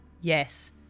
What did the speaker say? Yes